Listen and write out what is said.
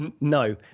No